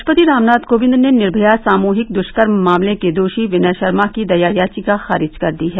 राष्ट्रपति रामनाथ कोविंद ने निर्मया सामूहिक दुष्कर्म मामले के दोषी विनय शर्मा की दया याचिका खारिज कर दी है